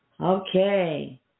Okay